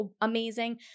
amazing